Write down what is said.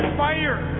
fire